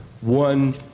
One